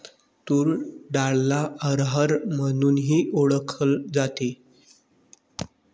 तूर डाळला अरहर म्हणूनही ओळखल जाते